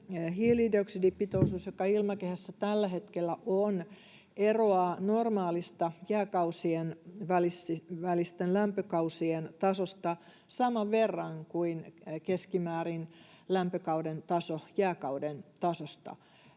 hiilidioksidipitoisuus, joka ilmakehässä tällä hetkellä on, eroaa normaalista jääkausien välisten lämpökausien tasosta saman verran kuin keskimäärin lämpökauden taso jääkauden tasosta,